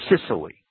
Sicily